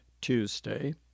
Tuesday